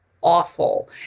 awful